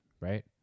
right